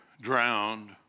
drowned